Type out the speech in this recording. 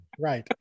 right